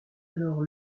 alors